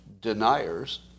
deniers